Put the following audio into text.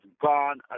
gone